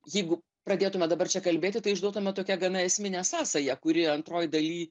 jeigu pradėtume dabar čia kalbėti tai išduotume tokią gana esminę sąsają kuri antroj daly